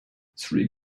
three